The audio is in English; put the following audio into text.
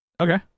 Okay